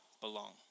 belong